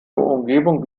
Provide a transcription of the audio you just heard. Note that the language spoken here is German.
umgebung